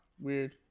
Weird